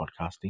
podcasting